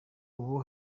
ubu